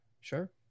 sure